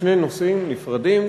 שני נושאים נפרדים,